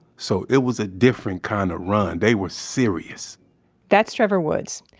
so it was a different kind of run. they were serious that's trevor woods.